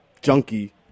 junkie